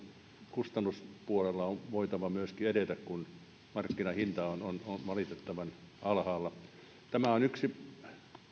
kustannuspuolella on voitava myöskin edetä kun markkinahinta on on valitettavan alhaalla tämä on yksi